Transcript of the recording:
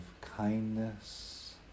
kindness